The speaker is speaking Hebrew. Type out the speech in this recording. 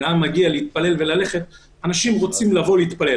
הוא מגיע להתפלל וללכת, אנשים רוצים להתפלל.